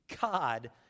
God